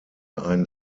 ein